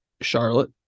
Charlotte